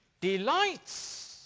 delights